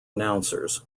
announcers